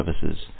services